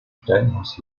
steinhaus